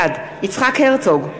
בעד יצחק הרצוג,